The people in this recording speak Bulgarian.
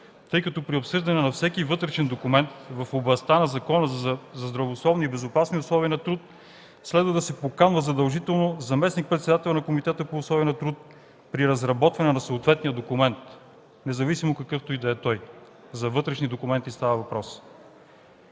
тъй като при обсъждане на всеки вътрешен документ в областта на Закона за здравословни и безопасни условия на труд следва да се кани задължително заместник-председателят на Комитета по условия на труд при разработване на съответния документ, какъвто и да е той – за вътрешни документи става въпрос.